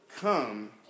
come